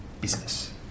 business